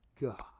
God